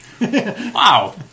Wow